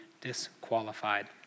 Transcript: disqualified